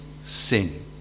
sin